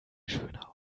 schöner